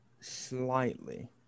Slightly